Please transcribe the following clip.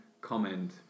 comment